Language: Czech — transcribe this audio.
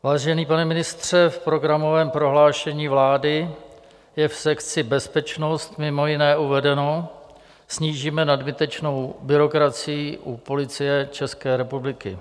Vážený pane ministře, v programovém prohlášení vlády je v sekci Bezpečnost mimo jiné uvedeno: Snížíme nadbytečnou byrokracii u Policie České republiky.